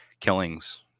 Killings